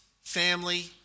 family